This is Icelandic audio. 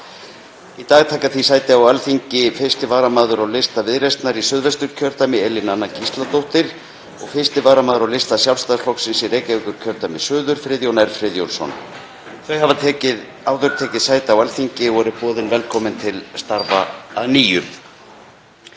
Í dag taka því sæti á Alþingi 1. varamaður á lista Viðreisnar í Suðvesturkjördæmi, Elín Anna Gísladóttir, og 1. varamaður á lista Sjálfstæðisflokksins í Reykjavík suður, Friðjón R. Friðjónsson. Þau hafa áður tekið sæti á Alþingi og eru boðin velkomin til starfa að nýju.